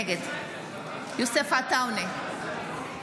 נגד יוסף עטאונה,